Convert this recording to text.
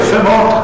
יפה מאוד,